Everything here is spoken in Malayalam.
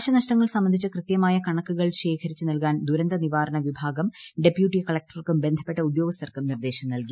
നാശനഷ്ടങ്ങൾ സംബന്ധിച്ച് കൃത്യമായ കണക്കുകൾ ശേഖരിച്ചു നൽകാൻ ദുരന്തനിവാരണ വിഭാഗം ഡെപ്യൂട്ടി കളക്ടർക്കും ബന്ധപ്പെട്ട ഉദ്യോഗസ്ഥർക്കും നിർദ്ദേശം നൽകി